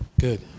Good